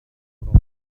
voraus